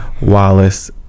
Wallace